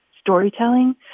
storytelling